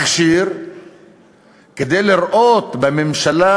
מכשיר כדי לראות בממשלה,